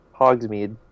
Hogsmeade